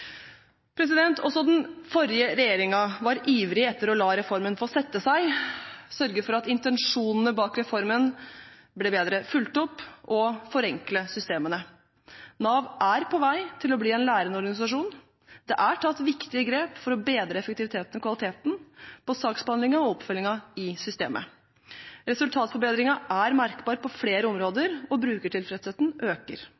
Også den forrige regjeringen var ivrig etter å la reformen få sette seg, å sørge for at intensjonene bak reformen ble bedre fulgt opp, og å forenkle systemene. Nav er på vei til å bli en lærende organisasjon. Det er tatt viktige grep for å bedre effektiviteten og kvaliteten på saksbehandlingen og oppfølgingen i systemet. Resultatforbedringen er merkbar på flere områder, og brukertilfredsheten øker.